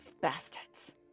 Bastards